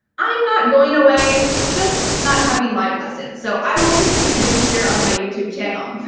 i'm not going away, just not having live lessons. so i will continue to be here on my youtube channel.